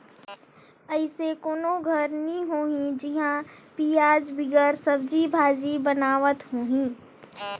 अइसे कोनो घर नी होही जिहां पियाज बिगर सब्जी भाजी बनावत होहीं